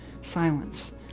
silence